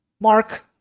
Mark